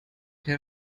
herr